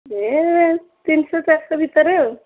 ଏ ତିନିଶହ ଚାରିଶହ ଭିତରେ ଆଉ